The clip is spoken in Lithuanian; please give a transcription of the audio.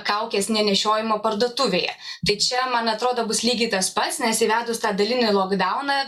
kaukės nešiojimo parduotuvėje tai čia man atrodo bus lygiai tas pats nes įvedus tą dalinį lokdauną